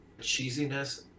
cheesiness